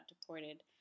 deported